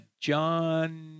John